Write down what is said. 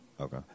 Okay